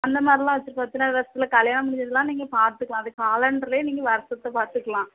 அந்தமாதிரிலாம் வச்சிருக்கோம் எத்தனையாவது வருசத்தில் கல்யாணம் முடிஞ்சதெலாம் நீங்கள் பார்த்துக்கலாம் அது காலெண்ட்ரிலே நீங்கள் வருசத்தை பார்த்துக்கலாம்